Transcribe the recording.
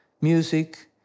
music